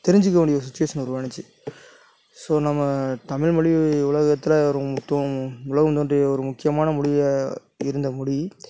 தெரிஞ்சுக்க வேண்டிய சுச்சிவேஷன் உருவானுச்சு ஸோ நம்ம தமிழ் மொழி உலகத்தில் ரொ தோ உலகம் தோன்றிய ஒரு முக்கியமான மொழியாக இருந்த மொழி